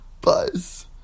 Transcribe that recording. Buzz